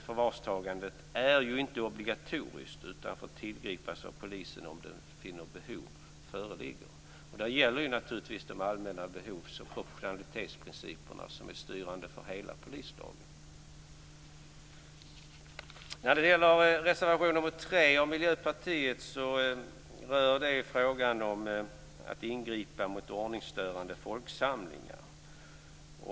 Förvarstagandet är inte obligatoriskt utan får tillgripas av polisen om den finner att behov föreligger. Där gäller naturligtvis de allmänna behovsoch proportionalitetsprinciper som är styrande för hela polislagen. Reservation nr 3 från Miljöpartiet rör frågan om ingripande mot ordningsstörande folksamlingar.